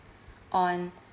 on